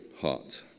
heart